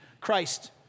Christ